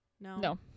No